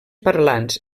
parlants